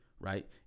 right